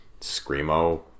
screamo